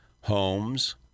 homes